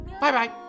Bye-bye